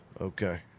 Okay